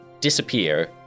disappear